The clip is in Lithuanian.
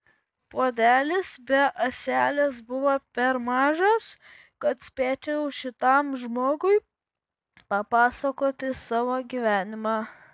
puodelis be ąselės buvo per mažas kad spėčiau šitam žmogui papasakoti savo gyvenimą